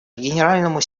генеральному